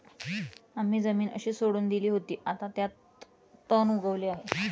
आम्ही जमीन अशीच सोडून दिली होती, आता त्यात तण उगवले आहे